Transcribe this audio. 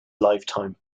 lifetime